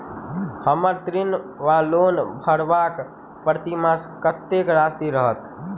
हम्मर ऋण वा लोन भरबाक प्रतिमास कत्तेक राशि रहत?